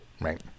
right